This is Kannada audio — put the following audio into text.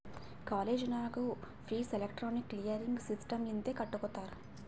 ಕಾಲೇಜ್ ನಾಗೂ ಫೀಸ್ ಎಲೆಕ್ಟ್ರಾನಿಕ್ ಕ್ಲಿಯರಿಂಗ್ ಸಿಸ್ಟಮ್ ಲಿಂತೆ ಕಟ್ಗೊತ್ತಾರ್